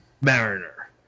Mariner